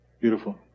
Beautiful